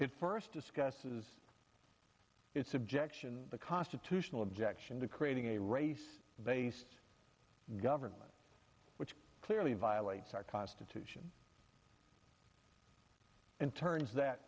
it first discusses its objection the constitutional objection to creating a race based government which clearly violates our constitution and turns that